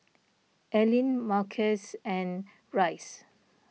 Aline Marquez and Rice